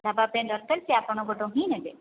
ଢାବା ପାଇଁ ଦରକାର ସେ ଆପଣଙ୍କଠୁ ହିଁ ନେବେ